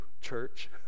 church